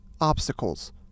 obstacles